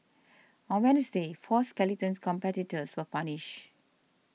on Wednesday four skeleton competitors were punished